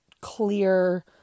clear